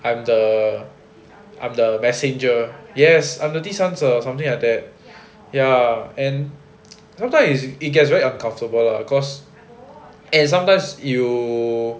I am the I am the messenger yes I've noticed this uh something like that ya and sometime is it gets very uncomfortable lah cause and sometimes you